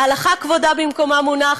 ההלכה, כבודה במקומה מונח.